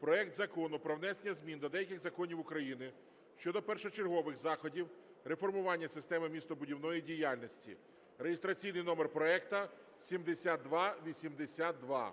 проект Закону про внесення змін до деяких законів України щодо першочергових заходів реформування сфери містобудівної діяльності (реєстраційний номер проекту 7282).